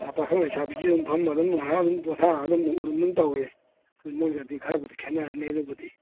ꯑꯥ ꯄꯥꯈꯪ ꯂꯩꯁꯥꯕꯤꯁꯨ ꯑꯗꯨꯝ ꯐꯝꯃꯒ ꯑꯗꯨꯝ ꯉꯥꯏꯍꯥꯛ ꯑꯗꯨꯝ ꯄꯣꯊꯥꯔ ꯑꯗꯨꯝ ꯎꯔꯨꯝ ꯑꯃ ꯇꯧꯋꯦ ꯑꯗꯨ ꯃꯣꯏꯒꯗꯤ ꯈꯔꯕꯨꯗꯤ ꯈꯦꯟꯅꯔꯅꯤ ꯑꯗꯨꯕꯨꯗꯤ